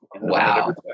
Wow